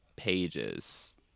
Pages